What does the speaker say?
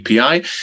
API